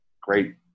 great